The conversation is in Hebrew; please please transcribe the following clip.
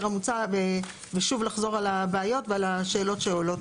המוצע ושוב לחזור על הבעיות ועל השאלות שעולות.